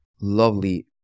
Lovely